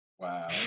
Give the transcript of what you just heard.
Wow